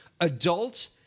adult